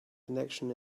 connection